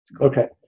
Okay